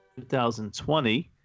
2020